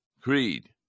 Creed